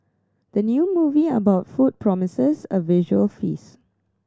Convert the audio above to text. the new movie about food promises a visual feast